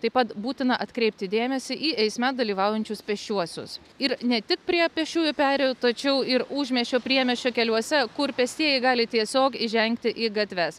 taip pat būtina atkreipti dėmesį į eisme dalyvaujančius pėsčiuosius ir ne tik prie pėsčiųjų perėjų tačiau ir užmiesčio priemiesčio keliuose kur pėstieji gali tiesiog įžengti į gatves